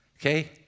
Okay